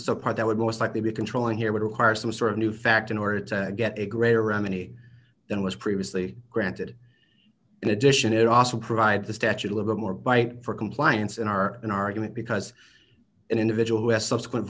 a part that would most likely be controlling here would require some sort of new fact in order to get a greater rommany than was previously granted in addition it also provides the statute a little more bite for compliance and are in argument because an individual who has subsequent